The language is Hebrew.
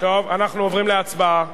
אנחנו עוברים להצבעה.